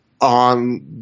on